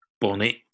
bonnet